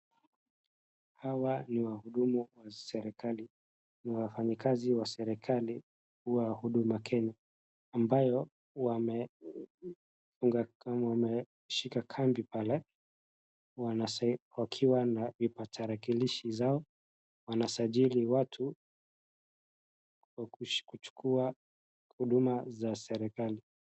Hawa ni wahudumu wa serikali. Ni wafanyikazi wa serikali wa Huduma Kenya ambayo wameshika kambi pale wakiwa na vipakatarakilishi zao. Wanasajili watu kwa kuchukuwa huduma za serikali.